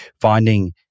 finding